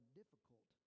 difficult